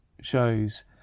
shows